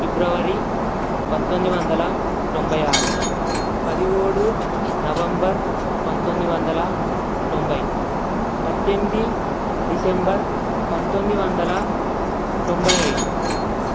ఫిబ్రవరి పంతొమ్మిది వందల తొంభై ఆరు పదిహేడు నవంబర్ పంతొమ్మిది వందల తొంభై పద్దెనిమిది డిసెంబర్ పంతొమ్మిది వందల తొంభై ఐదు